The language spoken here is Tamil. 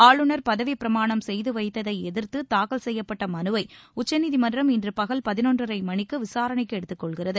ஆளுநர் பதவிப்பிரமாணம் செய்து வைத்ததை எதிர்த்து தாக்கல் செய்யப்பட்ட மனுவை உச்சநீதிமன்றம் இன்று பகல் பதினொன்றரை மணிக்கு விசாரணைக்கு எடுத்துக் கொள்கிறது